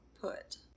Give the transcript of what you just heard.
put